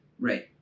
Right